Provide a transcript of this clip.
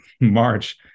March